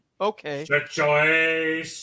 Okay